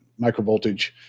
microvoltage